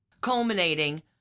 culminating